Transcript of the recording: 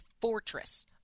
fortress